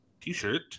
t-shirt